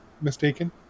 mistaken